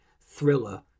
thriller